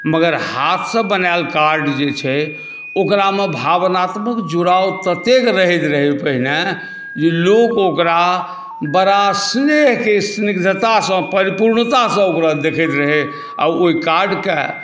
मगर हाथसँ बनायल कार्ड जे छै ओकरामे भावनात्मक जुड़ाव ततेक रहैत रहै पहिने जे लोक ओकरा बड़ा स्नेहके स्निग्धतासँ भरपूर परिपूर्णतासँ ओकरा देखैत रहै आ ओहि कार्डकेँ